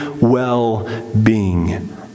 well-being